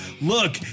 Look